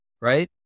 right